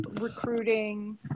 recruiting